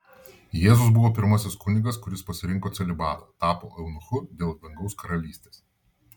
jėzus buvo pirmasis kunigas kuris pasirinko celibatą tapo eunuchu dėl dangaus karalystės